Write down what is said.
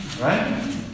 right